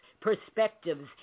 perspectives